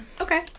Okay